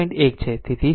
1 છે તેથી 0